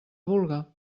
vulga